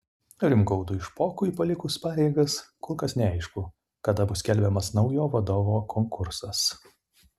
rimgaudui špokui palikus pareigas kol kas neaišku kada bus skelbiamas naujo vadovo konkursas